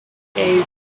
eight